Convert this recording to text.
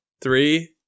Three